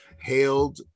hailed